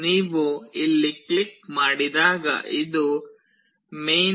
ನೀವು ಇಲ್ಲಿ ಕ್ಲಿಕ್ ಮಾಡಿದಾಗ ಇದು main